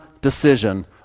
decision